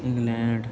England